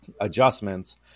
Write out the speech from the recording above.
adjustments